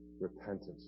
repentance